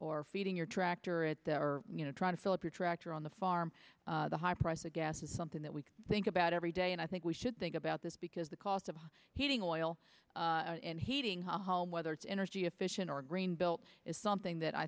or feeding your tractor it or you know trying to fill up your tractor on the farm the high price of gas is something that we think about every day and i think we should think about this because the cost of heating oil and heating home whether it's energy efficient or green built is something that i